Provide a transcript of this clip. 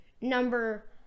number